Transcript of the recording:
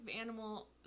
animal